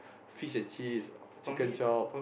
fish-and-chips chicken chop